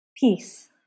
peace